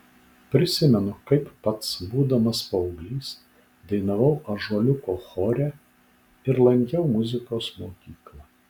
prisimenu kaip pats būdamas paauglys dainavau ąžuoliuko chore ir lankiau muzikos mokyklą